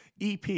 EP